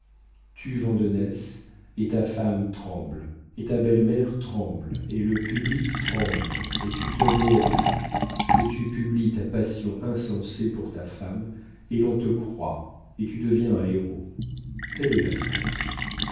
spéculation tue vandenesse et ta femme tremble et ta belle-mère tremble et le public tremble et tu te réhabilites et tu publies ta passion insensée pour ta femme et l'on te croit et tu deviens un héros telle est la france